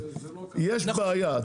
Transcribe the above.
יש בעיה,